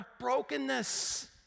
brokenness